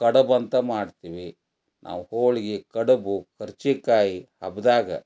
ಕಡುಬು ಅಂತ ಮಾಡ್ತೀವಿ ನಾವು ಹೋಳಿಗೆ ಕಡುಬು ಕರ್ಜಿಕಾಯಿ ಹಬ್ಬದಾಗ